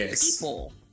people